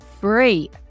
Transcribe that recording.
free